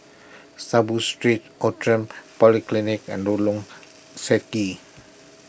Saiboo Street Outram Polyclinic and Lorong Stangee